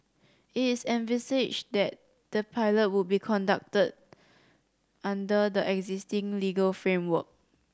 it is envisaged that the pilot will be conducted under the existing legal framework